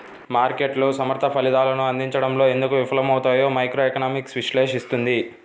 మార్కెట్లు సమర్థ ఫలితాలను అందించడంలో ఎందుకు విఫలమవుతాయో మైక్రోఎకనామిక్స్ విశ్లేషిస్తుంది